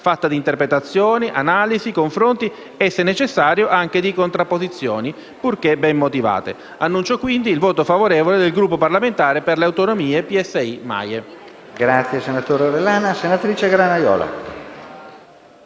fatta di interpretazioni, analisi, confronti e, se necessario, anche di contrapposizioni purché ben motivate. Dichiaro il voto favorevole del Gruppo Per le Autonomie-PSI-MAIE.